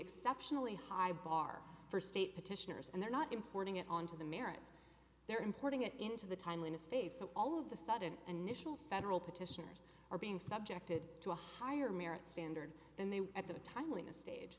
exceptionally high bar for state petitioners and they're not importing it on to the merits they're importing it into the timeliness face of all of the sudden initial federal petitioners are being subjected to a higher merit standard than they were at the timeliness stage